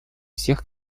всех